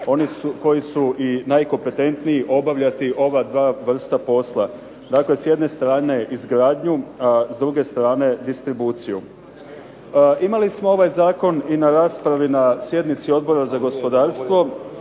oni koji su najkompetentniji obavljati ova dva vrsta posla. Dakle, s jedne izgradnju s druge strane distribuciju. Imali smo ovaj Zakon i na raspravi na sjednici Odbora za gospodarstvo,